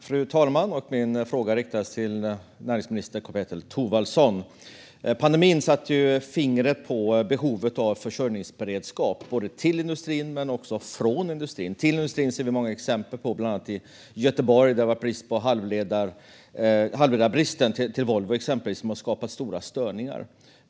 Fru talman! Min fråga är riktad till näringsminister Karl-Petter Thorwaldsson. Pandemin satte fingret på behovet av försörjningsberedskap till men också från industrin. Till industrin ser vi många exempel på - bland annat i Göteborg, där bristen på halvledare till exempelvis Volvo har skapat stora störningar.